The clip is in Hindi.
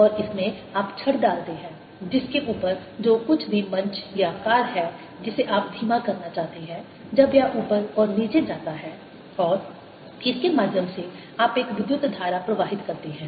और इसमें आप छड़ डालते हैं जिसके ऊपर जो कुछ भी मंच या कार है जिसे आप धीमा करना चाहते हैं जब यह ऊपर और नीचे जाता है और इसके माध्यम से आप एक विद्युत धारा प्रवाहित करते हैं